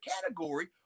category